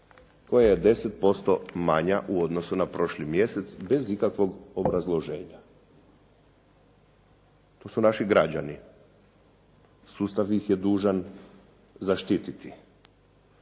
koja je 10% manja u odnosu na prošli mjesec, bez ikakvog obrazloženja. To su nađi građani. Sustav ih je dužan zaštititi.